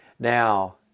now